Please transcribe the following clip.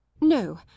no